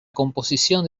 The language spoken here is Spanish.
composición